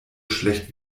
schlecht